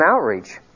outreach